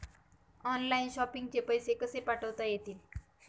Online shopping चे पैसे कसे पाठवता येतील?